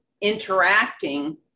interacting